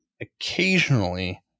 occasionally